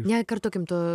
nekartokim to